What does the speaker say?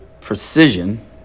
precision